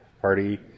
party